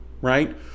right